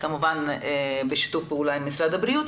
כמובן בשיתוף פעולה עם משרד הבריאות.